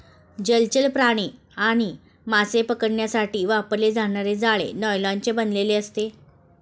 जलचर प्राणी आणि मासे पकडण्यासाठी वापरले जाणारे जाळे नायलॉनचे बनलेले असते